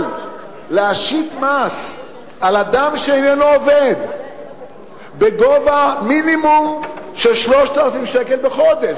אבל להשית מס על אדם שאיננו עובד בגובה מינימום של 3,000 שקל בחודש,